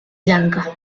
blanca